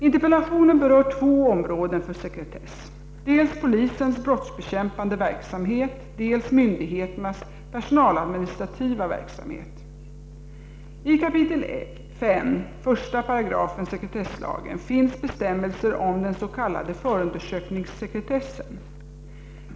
Interpellationen berör två områden för sekretess: dels polisens brottsbekämpande verksamhet, dels myndigheternas personaladministrativa verksamhet. I 5 kap. 18 sekretesslagen finns bestämmelser om den s.k. förundersökningssekretessen.